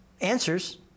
answers